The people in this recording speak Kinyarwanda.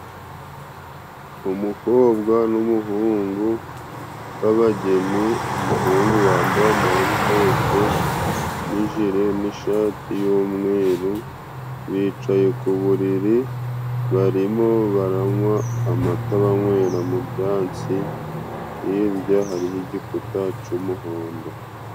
Umukobwa n'umuhungu b'abageni umuhungu wambaye amarinete n'ijire n'ishati y'umweru, bicaye ku buriri barimo baranywa amata banywera mu byatsi, hirya hariyo igikuta c'umuhondo.